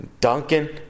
Duncan